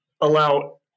allow